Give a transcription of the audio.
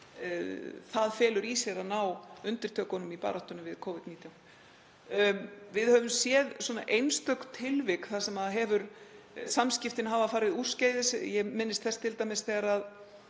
sem felur í sér að ná undirtökunum í baráttunni við Covid-19. Við höfum séð einstök tilvik þar sem samskiptin hafa farið úrskeiðis. Ég minnist þess t.d. þegar